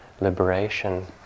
liberation